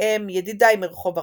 בהם "ידידי מרחוב ארנון",